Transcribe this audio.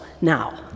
now